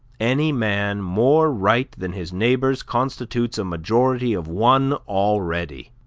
any man more right than his neighbors constitutes a majority of one already.